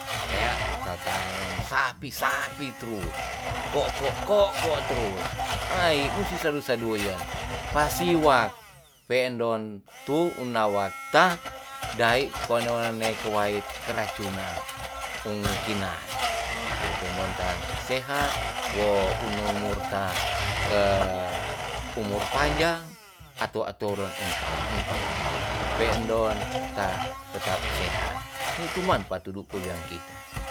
Tea sata nen sapi sapi trus ko'ko ko'ko terus ai musi sedu seduyen pa siwak pe'ndon tu una'wakta dae kwo none kewait keracunan um kinan yepe non ta sehat wo u numur ta ke umur panjang atu aturen enkan um pakanen pe'endon ta tetap sehat ni tu man patudu wo wean kita